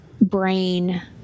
brain